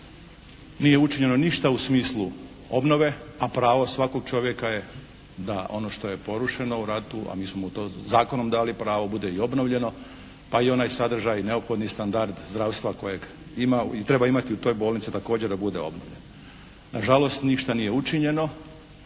nije učinjeno ništa u smislu obnove, a pravo svakog čovjeka je da ono što je porušeno u ratu, a mi smo u to zakonom dali pravo bude i obnovljeno pa i onaj sadržaj neophodni standard zdravstva kojeg ima, treba imati u toj bolnici također da bude obnovljen. Nažalost ništa nije učinjeno.